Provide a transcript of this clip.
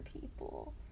people